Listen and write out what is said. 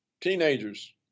teenagers